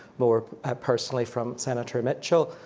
more personally, from senator mitchell.